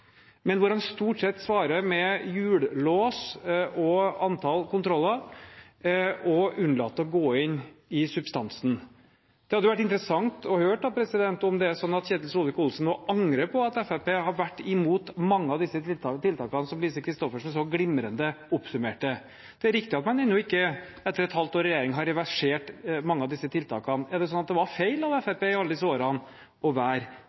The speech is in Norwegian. men hvor han stort sett svarer med hjullås og antall kontroller og unnlater å gå inn i substansen. Det hadde vært interessant å høre om det er sånn at Ketil Solvik-Olsen nå angrer på at Fremskrittspartiet har vært imot mange av de tiltakene som Lise Christoffersen så glimrende oppsummerte. Det er riktig at man ennå ikke etter et halvt år i regjering har reversert mange av disse tiltakene. Er det sånn at det var feil av Fremskrittspartiet i alle disse årene å være